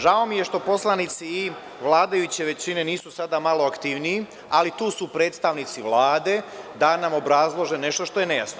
Žao mi je što poslanici vladajuće većine nisu sada malo aktivniji, ali tu su predstavnici Vlade da nam obrazlože nešto što je nejasno.